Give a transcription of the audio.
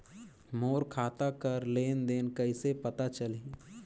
मोर खाता कर लेन देन कइसे पता चलही?